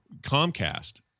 Comcast